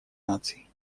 наций